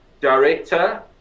director